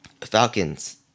Falcons